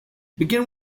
begin